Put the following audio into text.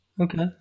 Okay